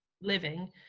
living